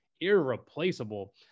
irreplaceable